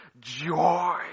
joy